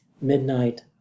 Midnight